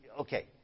Okay